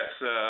Yes